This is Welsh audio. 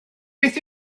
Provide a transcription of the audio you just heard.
beth